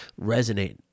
resonate